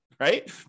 Right